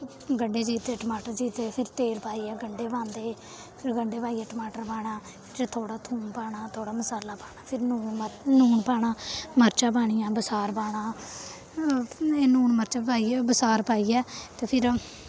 गंढे चीरदे टमाटर चीरदे फिर तेल पाइयै गंढे पांदे फिर गंढे पाइयै टमाटर पाना बिच्च थोह्ड़ा थोम पाना थोह्ड़ा मसाला पाना फिर लून मर लून पाना मर्चां पानियां बसार पाना एह् लून मर्चां पाइयै बसार पाइयै ते फिर